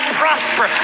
prosper